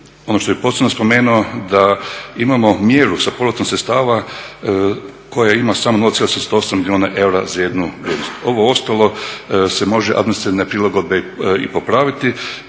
Ono što bih posebno spomenuo da imamo mjeru sa povratom sredstava koja ima samo … milijuna eura za jednu vrijednost, ovo ostalo se može administrativne prilagodbe i popraviti